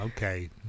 Okay